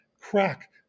crack